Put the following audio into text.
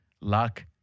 Luck